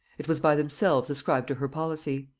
it was by themselves ascribed to her policy.